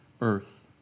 earth